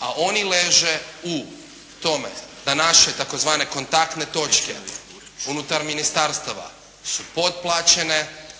a oni leže u tome da naše tzv. kontaktne točke unutar ministarstva su potplaćene